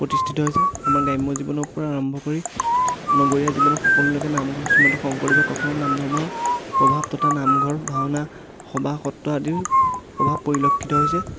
প্ৰতিষ্ঠিত হৈছে আমাৰ গ্ৰাম্য জীৱনৰ পৰা আৰম্ভ কৰি নগৰীয়া জীৱনৰ সকলোলৈকে নামঘৰ শ্ৰীমন্ত শংকৰদেৱ একশৰণ নাম ধৰ্মৰ প্ৰভাৱ তথা নামঘৰ ভাওনা সভা সত্ৰ আদিৰ প্ৰভাৱ পৰিলক্ষিত হৈছে